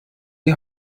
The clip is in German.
die